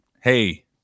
hey